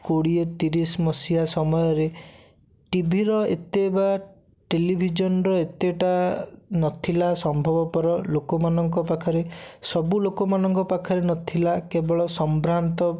କୋଡ଼ିଏ ତିରିଶ ମସିହା ସମୟରେ ଟିଭିର ଏତେ ବା ଟେଲିଭିଜନର ଏତେଟା ନଥିଲା ସମ୍ଭବପର ଲୋକମାନଙ୍କ ପାଖରେ ସବୁ ଲୋକମାନଙ୍କ ପାଖରେ ନଥିଲା କେବଳ ସମ୍ଭ୍ରାନ୍ତ